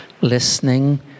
listening